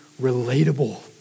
relatable